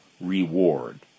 reward